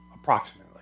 approximately